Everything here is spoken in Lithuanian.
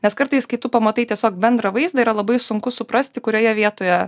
nes kartais kai tu pamatai tiesiog bendrą vaizdą yra labai sunku suprasti kurioje vietoje